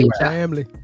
Family